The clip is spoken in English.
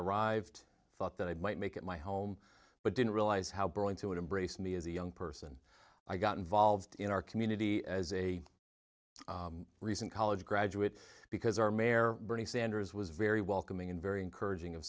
arrived thought that i might make it my home but didn't realize how burrowing to embrace me as a young person i got involved in our community as a recent college graduate because our mayor bernie sanders was very welcoming and very encouraging